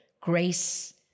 Grace